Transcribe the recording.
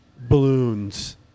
balloons